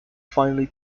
finely